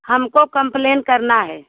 हमको कम्प्लैन करना है